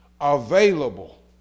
available